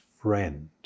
friend